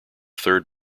third